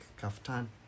kaftan